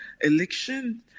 election